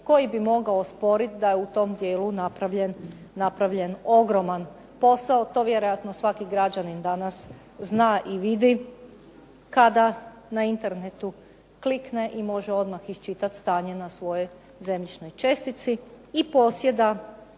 koji bi mogao osporiti da je u tom dijelu napravljen ogroman posao. To vjerojatno svaki građanin zna i vidi kada na internetu klikne i može odmah iščitati stanje na svojoj zemljišnoj čestici i posjeda